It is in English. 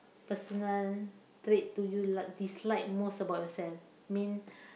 personal trait do you like dislike about yourself mean